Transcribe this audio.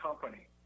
company